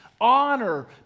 honor